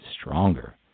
stronger